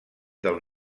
del